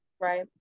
Right